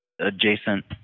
adjacent